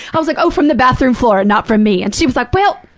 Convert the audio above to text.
i was like, oh, from the bathroom floor, not from me! and she was like, well,